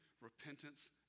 repentance